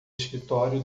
escritório